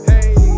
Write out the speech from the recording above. Hey